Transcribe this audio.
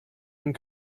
and